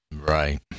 Right